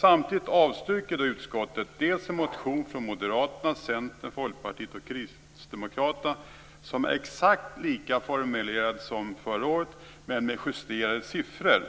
Samtidigt avstyrker utskottet en motion från Moderaterna, Centern, Folkpartiet och Kristdemokraterna som är exakt likadant formulerad som förra året, men med justerade siffror.